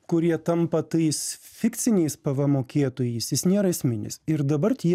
kurie tampa tais fikciniais pvm mokėtojais jis nėra esminis ir dabar tie